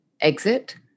exit